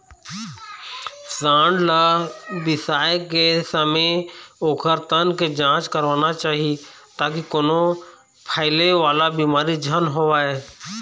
सांड ल बिसाए के समे ओखर तन के जांच करवाना चाही ताकि कोनो फइले वाला बिमारी झन होवय